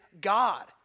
God